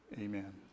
Amen